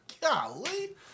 Golly